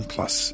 Plus